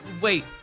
wait